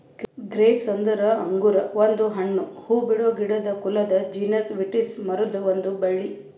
grapes ಅಂದುರ್ ಅಂಗುರ್ ಒಂದು ಹಣ್ಣು, ಹೂಬಿಡೋ ಗಿಡದ ಕುಲದ ಜೀನಸ್ ವಿಟಿಸ್ ಮರುದ್ ಒಂದ್ ಬಳ್ಳಿ